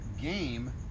Game